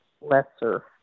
lesser